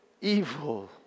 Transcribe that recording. evil